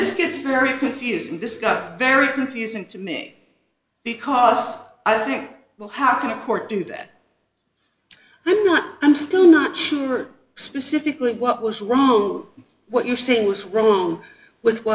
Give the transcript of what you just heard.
this gets very confusing this got very confusing to me because i think well how can a court do that i'm not i'm still not sure specifically what was wrong what you see what's wrong with